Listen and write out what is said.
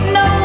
no